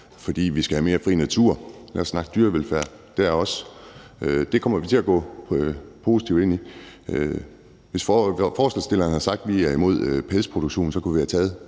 fordi vi skal have mere fri natur. Lad os også snakke om dyrevelfærd på det område – det kommer vi til at gå positivt ind i. Hvis forslagsstilleren havde sagt, at man var imod pelsproduktion, så kunne vi have taget